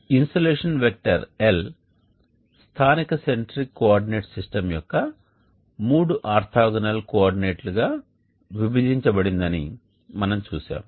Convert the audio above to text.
insolation vector L స్థానిక centric coordinate system యొక్క మూడు ఆర్తోగోనల్ కోఆర్డినేట్లుగా విభజించబడిందని మనం చూశాము